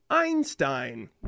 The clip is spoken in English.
Einstein